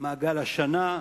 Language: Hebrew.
מעגל השנה,